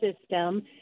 system